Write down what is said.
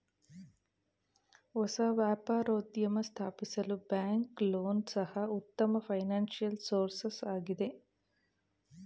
ಹೊಸ ವ್ಯಾಪಾರೋದ್ಯಮ ಸ್ಥಾಪಿಸಲು ಬ್ಯಾಂಕ್ ಲೋನ್ ಸಹ ಉತ್ತಮ ಫೈನಾನ್ಸಿಯಲ್ ಸೋರ್ಸಸ್ ಆಗಿದೆ